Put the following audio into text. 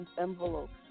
envelopes